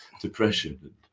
depression